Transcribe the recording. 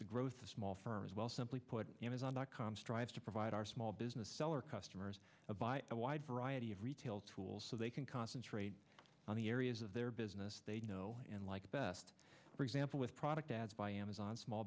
the growth of small firms well simply put amazon dot com strives to provide our small business seller customers by a wide variety of retail tools so they can concentrate on the areas of their business they know and like best for example with product ads by amazon small